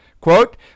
Quote